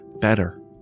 better